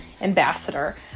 ambassador